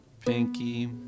pinky